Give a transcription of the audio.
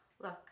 Look